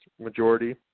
majority